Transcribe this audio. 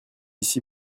ici